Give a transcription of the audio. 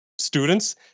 students